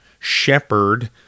shepherd